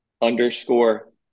underscore